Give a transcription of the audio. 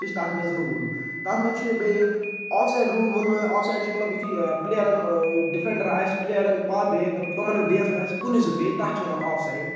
سُہ چھُ تَتھ مَنٛز روٗل تَتھ مَنٛز چھُ بیٚیہِ آف سایِڑ روٗل ووٚن مےٚ آف سایِڑ چھُ مَطلَب یُتھٕے پٕلیرَن ڈِفیٚنڈَر آسہِ پٕلیرَن کُنے زوٚن مین تَتھ چھِ وَنان آف سایِڑ